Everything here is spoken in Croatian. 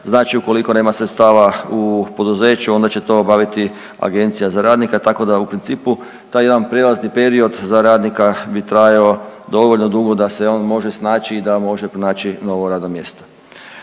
Znači ukoliko nema sredstava u poduzeću onda će to obaviti agencija za radnika, tako da u principu taj jedan prijelazni period za radnika bi trajao dovoljno dugo da se on može snaći da može pronaći novo radno mjesto.